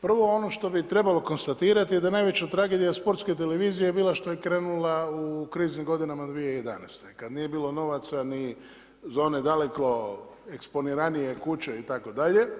Prvo ono što bi trebalo konstatirati, da najveća tragedija Sportske televizije, bila što je krenula u kriznim godinama 2011. kad nije bilo novaca ni za one daleko eksponiranije kuće itd.